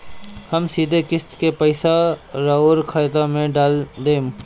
हम सीधे किस्त के पइसा राउर खाता में डाल देम?